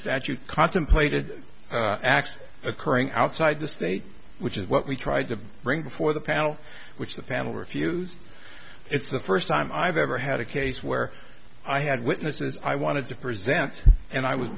statute contemplated acts occurring outside the state which is what we tried to bring before the panel which the panel refused it's the first time i've ever had a case where i had witnesses i wanted to present and i was